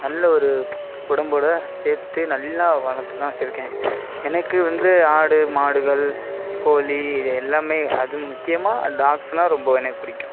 நல்லா ஒரு உடம்போட சேர்த்து நல்லா வளர்த்துத்தான் வச்சிருக்கேன் எனக்கு வந்து ஆடு மாடுகள் கோழி இது எல்லாம் அதுவும் முக்கியமாக டாக்ஸ்னா ரொம்ப எனக்கு பிடிக்கும்